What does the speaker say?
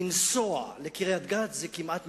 לנסוע לקריית-גת, זה כמעט מבצע,